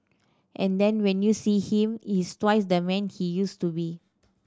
and then when you see him he is twice the man he used to be